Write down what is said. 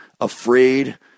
afraid